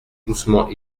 doucement